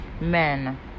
Men